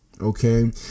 Okay